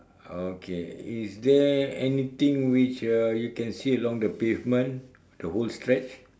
okay is there anything which uh you can see along the pavement the whole stretch